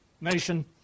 nation